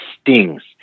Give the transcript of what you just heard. stings